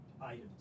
items